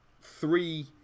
three